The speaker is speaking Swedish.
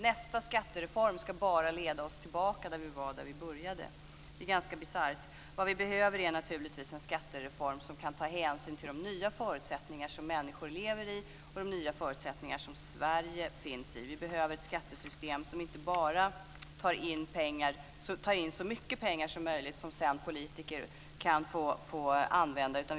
Nästa skattereform ska bara leda oss tillbaka dit där vi var när vi började. Det är ganska bisarrt. Vi behöver naturligtvis en skattereform som kan ta hänsyn till de nya förutsättningar som människor lever i och som Sverige befinner sig i. Vi behöver ett skattesystem som inte bara tar in så mycket pengar som möjligt, som sedan politiker kan använda.